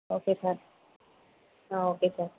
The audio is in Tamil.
okay sir ah okay sir